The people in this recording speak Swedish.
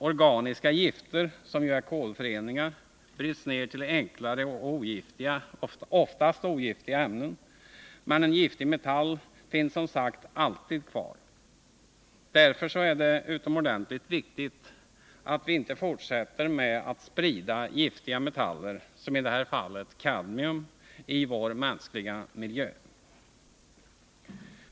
Organiska gifter, som ju är kolföreningar, bryts ned till enklare och oftast ogiftiga ämnen, men en giftig metall finns som sagt alltid kvar. Därför är det utomordentligt viktigt att vi inte fortsätter med att sprida giftiga metaller, som i detta fall kadmium, i vår mänskliga miljö.